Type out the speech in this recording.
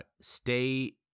stay